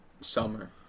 summer